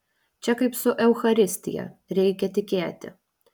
čia kaip su eucharistija reikia tikėti